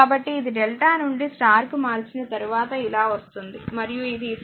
కాబట్టి ఇది డెల్టా నుండి స్టార్ కి మార్చిన తరువాత ఇలా వస్తుంది మరియు ఇది ఇతర భాగం 8